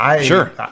Sure